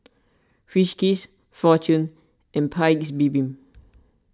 Friskies fortune and Paik's Bibim